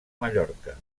mallorca